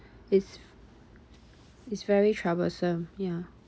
is is very troublesome ya